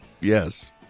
Yes